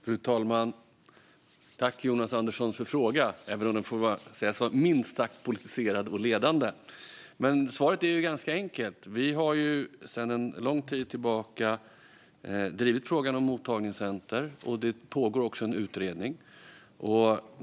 Fru talman! Jag tackar Jonas Andersson för frågan, även om den får sägas vara minst sagt politiserad och ledande. Svaret är ganska enkelt. Vi har under lång tid drivit frågan om mottagningscenter, och det pågår en utredning.